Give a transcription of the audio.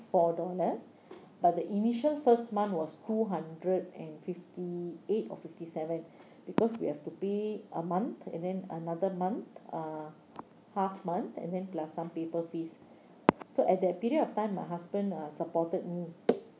four dollars but the initial first month was two hundred and fifty eight of fifty seven because we have to pay a month and then another month uh half month and then plus some paper fees so at that period of time my husband uh supported me